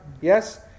yes